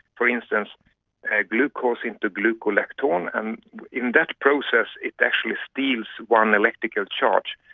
for instance ah glucose into gluconolactone, and in that process it actually steals one electrical charge.